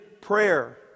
prayer